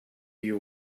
you